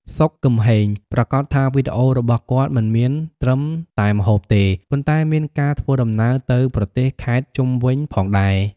សុខ គឹមហេង ប្រាកដថាវីដេអូរបស់គាត់មិនមានត្រឹមតែម្ហូបទេ ប៉ុន្តែមានការធ្វើដំណើរទៅប្រទេស ខេត្តជុំវិញផងដែរ។